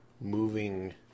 moving